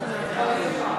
לא,